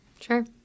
Sure